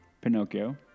Pinocchio